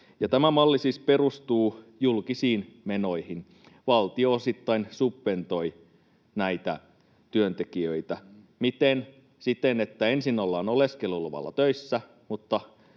Tämä malli siis perustuu julkisiin menoihin: valtio osittain subventoi näitä työntekijöitä. Miten? Siten, että ensin ollaan oleskeluluvalla töissä, mutta